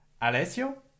Alessio